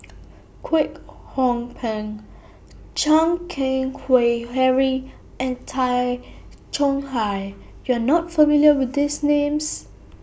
Kwek Hong Png Chan Keng Howe Harry and Tay Chong Hai YOU Are not familiar with These Names